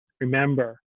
remember